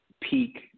peak